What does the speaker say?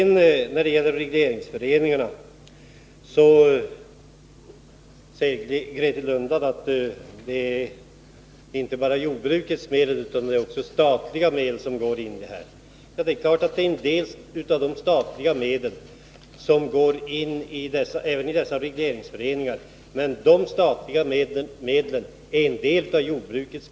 När det sedan gäller regleringsföreningarna säger Grethe Lundblad att det inte bara är jordbrukets medel som tas i anspråk utan att det även är statliga medel. Det är klart att en del av de statliga medlen även används i dessa regleringsföreningar. De statliga medlen utgör emellertid en del av de pengar som ändå skulle ha gått till jordbruket.